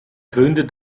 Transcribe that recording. gründet